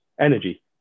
energy